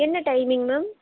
என்ன timing ma'am